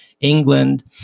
England